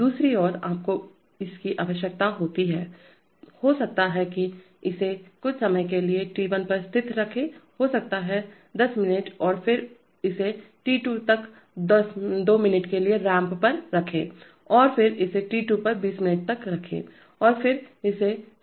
दूसरी ओर आपको इसकी आवश्यकता होती है हो सकता है कि इसे कुछ समय के लिए t1 पर स्थिर रखें हो सकता है 10 मिनट और फिर इसे t2 तक दो मिनट के लिए रैंप पर रखें और फिर इसे t2 पर 20 मिनट तक रखें और फिर इसे 0 पर रैंप करें